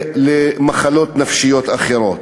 ולמחלות נפשיות אחרות.